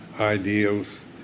ideals